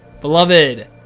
Beloved